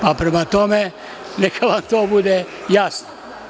Prema tome, neka vam to bude jasno.